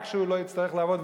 רק שהוא לא יצטרך לעבוד,